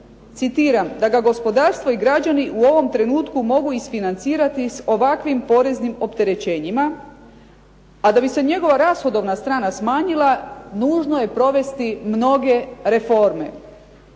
citiram: "Da ga gospodarstvo i građani u ovom trenutku mogu isfinancirati s ovakvim poreznim opterećenjima, a da bi se njegova rashodovna strana smanjila nužno je provesti mnoge reforme."